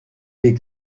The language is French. les